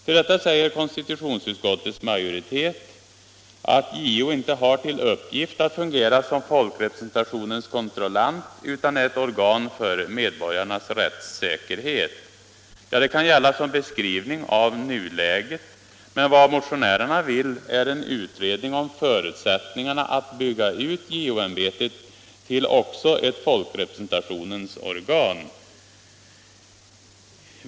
Till detta säger konstitutionsutskottets majoritet, att JO inte har till uppgift att fungera som folkrepresentationens kontrollant utan är ett organ för medborgarnas rättssäkerhet. Ja, det kan gälla som beskrivning av nuläget, men vad motionärerna vill är en utredning om förutsättningarna att bygga ut JO-ämbetet till också ett folkrepresentationens organ.